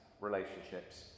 relationships